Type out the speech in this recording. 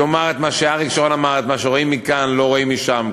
הוא יאמר את מה שאריק שרון אמר: את מה שרואים מכאן לא רואים משם.